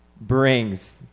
brings